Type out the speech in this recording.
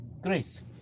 grace